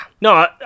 No